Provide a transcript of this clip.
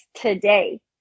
today